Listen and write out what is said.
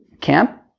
camp